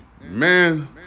man